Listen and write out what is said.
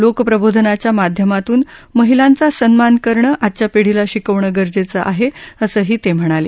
लोकप्रबोधनाच्या माध्यमातू महिलांचा सन्मान करणं आजच्या पिढीला शिकवणं गरजेचं आहे असंही ते म्हणाले